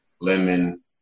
lemon